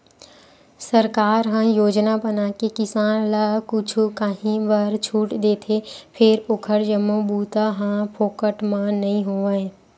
सरकार ह योजना बनाके किसान ल कुछु काही बर छूट देथे फेर ओखर जम्मो बूता ह फोकट म नइ होवय